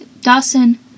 Dawson